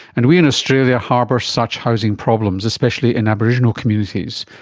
and we in australia harbour such housing problems, especially in aboriginal communities.